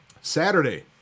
Saturday